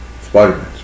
Spider-Man